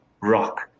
rock